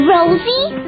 Rosie